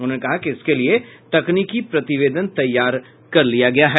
उन्होंने कहा कि इसके लिए तकनीकी प्रतिवेदन तैयार कर लिया गया है